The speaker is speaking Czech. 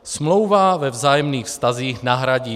Smlouva ve vzájemných vztazích nahradí